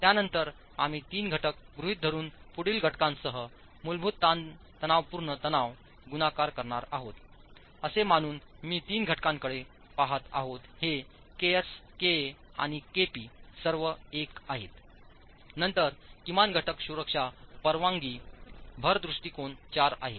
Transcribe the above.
त्यानंतर आम्ही तीन घटक गृहीत धरून पुढील घटकांसह मूलभूत तणावपूर्ण तणाव गुणाकार करणार आहोत असे मानून मी तीन घटकांकडे पहात आहोत हे kskaआणिkpसर्व 1 आहेत नंतर किमान घटक सुरक्षा परवानगी भर दृष्टिकोन 4 आहे